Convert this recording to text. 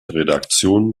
redaktionen